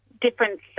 different